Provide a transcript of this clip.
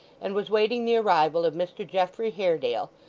and was waiting the arrival of mr geoffrey haredale,